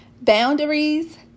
boundaries